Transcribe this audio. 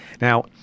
Now